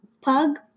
Pug